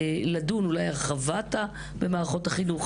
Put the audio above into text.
לדון אולי הרחבה במערכות החינוך,